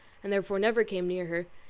and therefore never came near her,